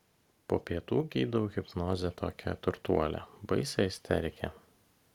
po pietų gydau hipnoze tokią turtuolę baisią isterikę